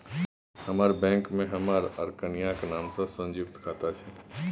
हमर बैंक मे हमर आ कनियाक नाम सँ संयुक्त खाता छै